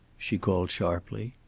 she called sharply.